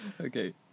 okay